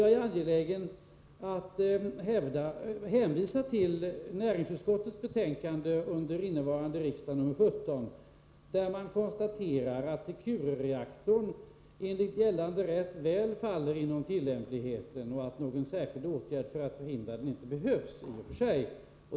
Jag är angelägen att hänvisa till näringsutskottets betänkande nr 17 under innevarande riksdag, där utskottet konstaterar att Securereaktorn enligt gällande rätt väl faller inom tillämpligheten och att någon särskild åtgärd för att förhindra den inte behövs i och för sig.